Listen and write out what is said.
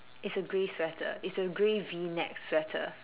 it's a grey sweater it's a grey V neck sweater